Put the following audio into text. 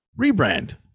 Rebrand